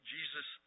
Jesus